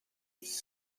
its